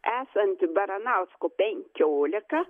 esanti baranausko penkiolika